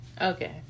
okay